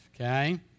okay